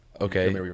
Okay